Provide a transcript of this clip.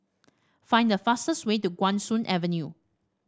find the fastest way to Guan Soon Avenue